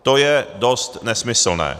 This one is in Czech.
To je dost nesmyslné.